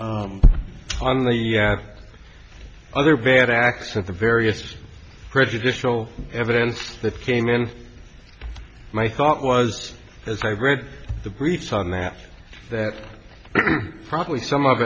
on the other bad acts of the various prejudicial evidence that came in my thought was as i read the briefs on that that probably some of